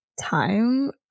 time